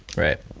right.